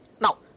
now